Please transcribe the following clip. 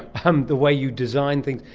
ah um the way you design things.